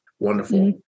Wonderful